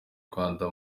rwanda